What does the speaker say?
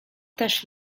też